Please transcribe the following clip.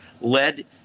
led